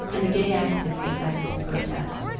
and the gay activists decided to protest.